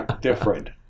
different